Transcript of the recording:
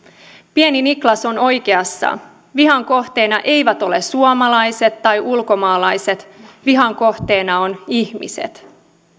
pieni niklas on oikeassa vihan kohteena eivät ole suomalaiset tai ulkomaalaiset vihan kohteena ovat ihmiset